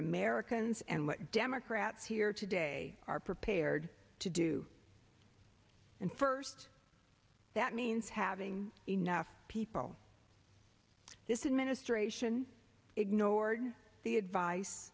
americans and what democrats here today are prepared to do and first that means having enough people this is ministration ignored the advice